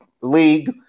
league